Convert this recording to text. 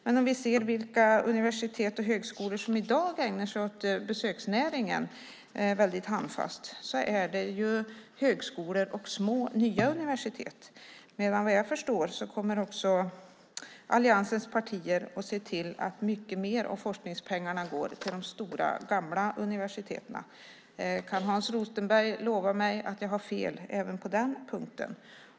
Men vi kan se vilka universitet och högskolor som i dag ägnar sig åt besöksnäringen, väldigt handfast. Det är högskolor och små nya universitet. Vad jag förstår kommer alliansens partier att se till att mycket mer av forskningspengarna går till de stora gamla universiteten. Kan Hans Rothenberg lova mig att jag har fel även på den punkten?